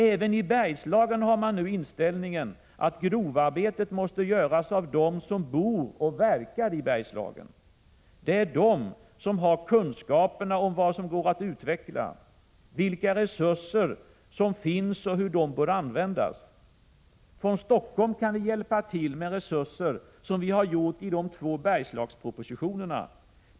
Även i Bergslagen har man nu inställningen att grovarbetet måste göras av dem som bor och verkar i Bergslagen. Det är de som har kunskaperna om vad som går att utveckla, vilka resurser som finns och hur de bör användas. Från Stockholm kan vi hjälpa till med resurser, som vi har gjort i de två Bergslagspropositionerna.